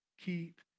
keep